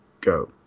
go